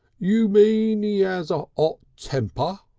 you mean e as a ot temper,